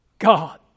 God